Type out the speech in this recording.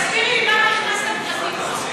תסבירי לי למה נכנסת לפרטי.